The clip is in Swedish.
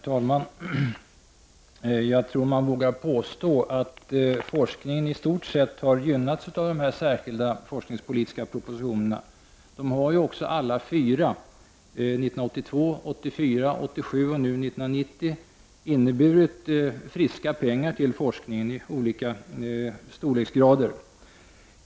Herr talman! Jag tror att man vågar påstå att forskningen i stort sett har gynnats av de särskilda forskningspolitiska propositionerna. De har ju alla fyra — 1982, 1984, 1987 och nu 1990 —- inneburit friska pengar till forskningen av olika storleksgrader.